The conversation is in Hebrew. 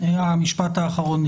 אני